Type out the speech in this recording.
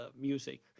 music